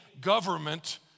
government